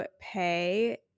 pay